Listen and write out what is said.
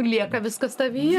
lieka viskas tavyje